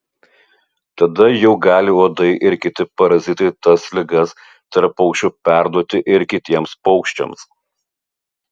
tada jau gali uodai ir kiti parazitai tas ligas tarp paukščių perduoti ir kitiems paukščiams